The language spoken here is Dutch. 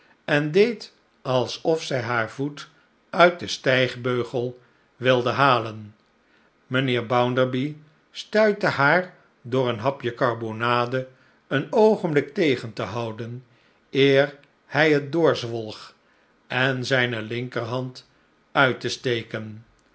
en deed alsof zij haar voet uit den stijgbeugel wilde halen mijnheer bounderby stuitte haar door een liapje karbonade een oogenblik tegen te houden eer hij het doorzwolg en zijne linkerhand uit te steken